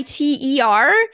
ITER